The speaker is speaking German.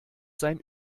sein